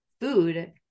food